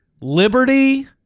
Liberty